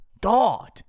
God